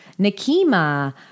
Nakima